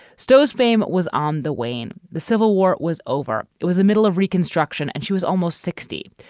stow's fame was on the wane. the civil war was over. it was the middle of reconstruction. and she was almost sixty.